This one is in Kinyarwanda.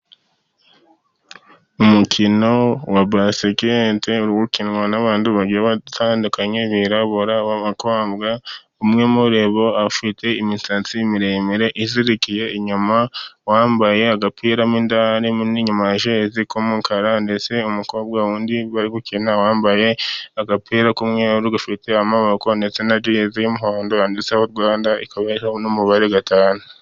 Umukino wa basikete uri gukinwa n'abantu bagiye batandukanye birabura b'abakobwa, umwe muri bo afite imisatsi miremire izirikiye inyuma, wambaye agapira mo indani n'iyuma ya jezi k'umukara, ndetse umukobwa wundi bari gukina wambaye agapira k'umweru gafite amaboko ndetse na jezi y'umuhondo yanditseho Rwanda ikaba iriho n'umubare gatanu.